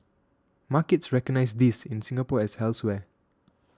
markets recognise this in Singapore as elsewhere